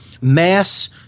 mass